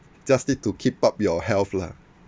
just need to keep up your health lah